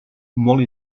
molt